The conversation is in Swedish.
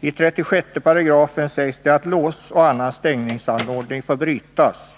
I 36 § heter det att lås och annan stängningsanordning får brytas.